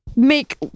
make